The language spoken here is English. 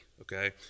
Okay